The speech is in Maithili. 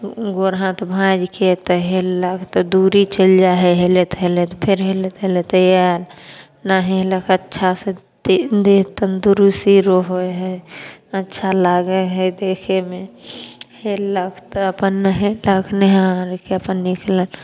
गोर हाथ भाँजिके तऽ हेललक तऽ दूरी चलि जाइ हइ हेलैत हेलैत फेर हेलैत हेलैत आयल नहेलक अच्छा से देह तंदुरस्ती रहै हइ अच्छा लागै हइ देखयमे हेललक तऽ अपन नहेलक नहा आरके अपन निकलल